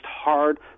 hard